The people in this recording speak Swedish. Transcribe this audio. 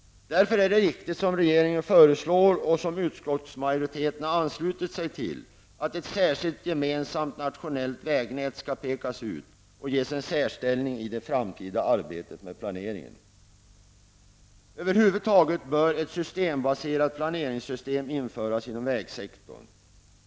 Därför är det riktigt, som regeringen föreslår och som utskottsmajoriteten har anslutit sig till, att ett gemensamt nationellt vägnät särskilt skall pekas ut och ges en särställning i det framtida arbetet med planeringen. Över huvud taget bör ett systembaserat planeringssystem införas inom vägsektorn.